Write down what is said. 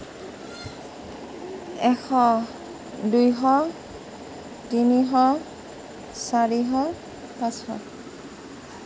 এশ দুশ তিনিশ চাৰিশ পাঁচশ